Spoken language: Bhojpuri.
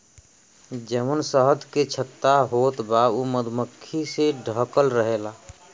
जवन शहद के छत्ता होत बा उ मधुमक्खी से ढकल रहेला